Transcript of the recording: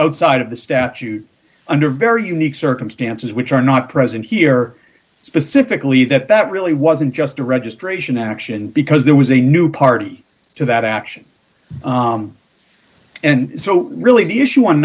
outside of the statute under very unique circumstances which are not present here specifically that that really wasn't just a registration action because there was a new party to that action and so really the issue in